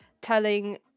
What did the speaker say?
telling